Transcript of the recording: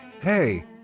Hey